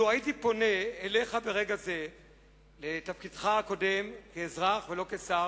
לו הייתי פונה אליך ברגע זה בתפקידך הקודם כאזרח ולא כשר